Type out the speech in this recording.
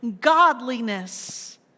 godliness